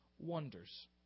Wonders